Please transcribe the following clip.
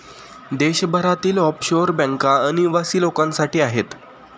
देशभरातील ऑफशोअर बँका अनिवासी लोकांसाठी आहेत